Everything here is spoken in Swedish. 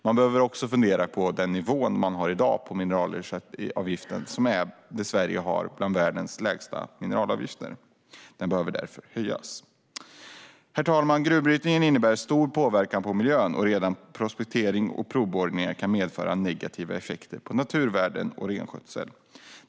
Man behöver också fundera på nivån på mineralavgiften i dag. Sverige har en mineralavgift som är bland de lägsta i världen. Den behöver därför höjas. Herr talman! Gruvbrytningen innebär stor påverkan på miljön, och redan prospektering och provborrningar kan medföra negativa effekter på naturvärden och renskötsel.